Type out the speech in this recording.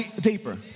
deeper